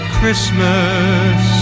Christmas